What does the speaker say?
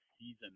season